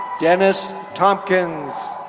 dennis thompkins.